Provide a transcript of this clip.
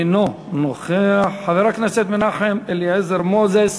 אינו נוכח, חבר הכנסת מנחם אליעזר מוזס,